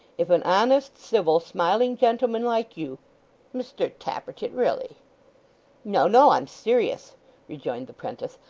if an honest, civil, smiling gentleman like you mr tappertit really no, no, i'm serious rejoined the prentice,